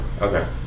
Okay